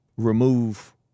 remove